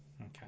Okay